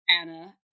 Anna